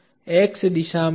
यह y दिशा है